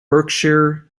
berkshire